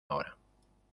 ahora